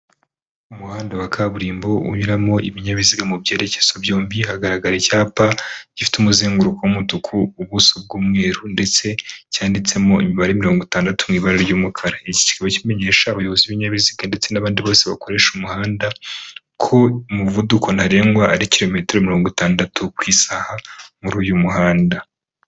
Umuhanda wa kaburimbo unyuramo ibinyabiziga mu byerekezo byombi, hagaragara icyapa gifite umuzenguruko w'umutuku, ubuso bw'umweru, ndetse cyanditsemo imibare, mirongo itandatu mu ibara ry'umukara aba ari kimenyesha abayobozi b'ibinyabiziga ndetse n'abandi bose, bakoresha umuhanda ko umuvuduko ntarengwa ari kilometero mirongo itandatu ku isaha, muri uyu muhanda.